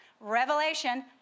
Revelation